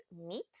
meat